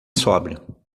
sóbrio